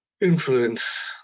influence